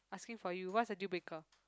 asking for you what is the deal breaker